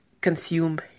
consume